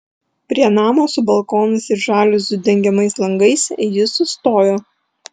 prie namo su balkonais ir žaliuzių dengiamais langais jis sustojo